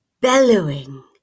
bellowing